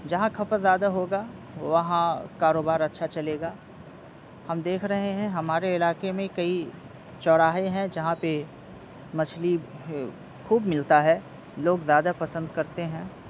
جہاں کھپت زیادہ ہوگا وہاں کاروبار اچھا چلے گا ہم دیکھ رہے ہیں ہمارے علاقے میں کئی چوراہے ہیں جہاں پہ مچھلی خوب ملتا ہے لوگ زیادہ پسند کرتے ہیں